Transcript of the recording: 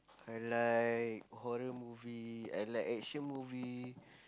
I like horror movie I like action movie